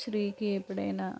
స్త్రీకి ఎప్పుడైన